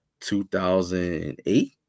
2008